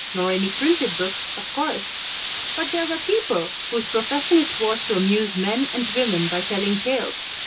nor any printed books, of course but there were people whose profession it was to amuse men and women by telling tales.